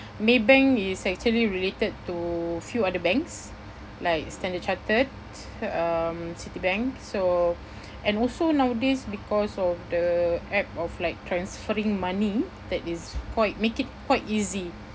Maybank is actually related to few other banks like Standard Chartered um Citibank so and also nowadays because of the app of like transferring money that is quite make it quite easy